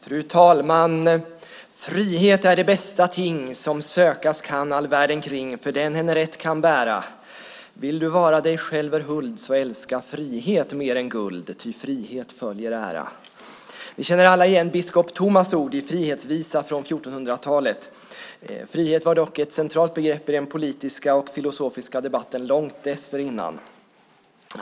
Fru talman! Frihet är det bästa ting, som sökas kan all världen kring för den henne rätt kan bära. Vill du vara dig själver huld, så älska frihet mer än guld, ty frihet följer ära! Vi känner alla igen biskop Tomas ord i Frihetsvisa från 1400-talet. Frihet var dock ett centralt begrepp i den politiska och filosofiska debatten långt dessförinnan.